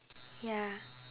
ya